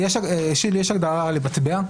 שירלי, יש הגדרה של "מטבע"?